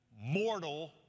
mortal